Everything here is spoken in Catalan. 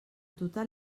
total